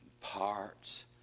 Parts